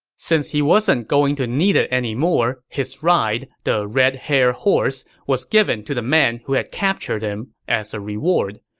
since he wasn't going to need it anymore, his ride, the red hare horse, was given to the man who captured him as a reward.